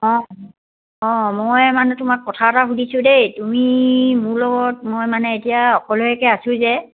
অঁ অঁ মই মানে তোমাক কথা এটা সুধিছোঁ দেই তুমি মোৰ লগত মই মানে এতিয়া অকলশৰীয়কৈ আছোঁ যে